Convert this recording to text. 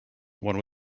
one